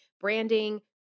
Branding